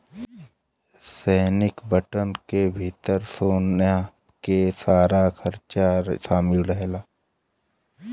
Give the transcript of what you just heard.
सैनिक बजट के भितर सेना के सारा खरचा शामिल रहेला